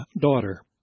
daughter